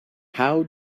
how